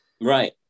Right